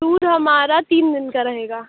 tour ہمارا تین دِن کا رہے گا